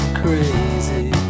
crazy